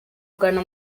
ugana